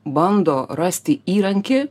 bando rasti įrankį